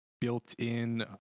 built-in